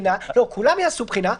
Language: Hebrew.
כולם יעשו בחינה,